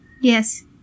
Yes